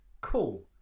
Cool